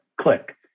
click